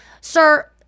sir